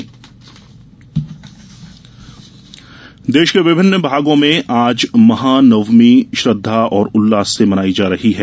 नवरात्रि देश के विभिन्न भागों में आज महानवमी श्रद्धा और उल्लास से मनाई जा रही है